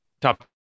top